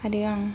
आरो आं